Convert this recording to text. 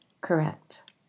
correct